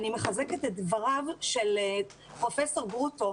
אני מחזקת את דבריו של פרופסור גרוטו,